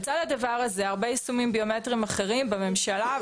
לצד הדבר הזה הרבה יישומים ביומטריים אחרים בממשלה,